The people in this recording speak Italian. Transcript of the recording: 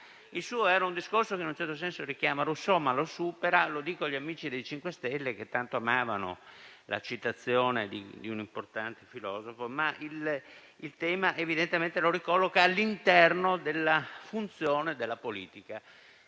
il suo discorso in un certo senso richiama Rousseau, ma lo supera. Lo dico a gli amici 5 Stelle che tanto amavano la citazione di un importante filosofo, ma il tema evidentemente lo ricolloca all'interno della funzione della politica,